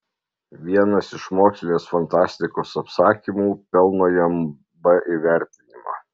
vienas iš mokslinės fantastikos apsakymų pelno jam b įvertinimą